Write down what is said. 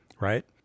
right